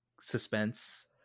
suspense